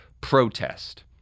protest